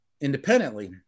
independently